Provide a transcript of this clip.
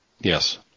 Yes